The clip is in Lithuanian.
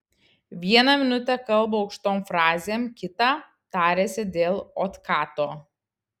vieną minutę kalba aukštom frazėm kitą tariasi dėl otkato